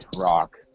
rock